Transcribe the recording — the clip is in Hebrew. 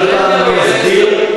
כל פעם אני אסביר?